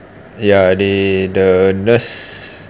ya they the nurse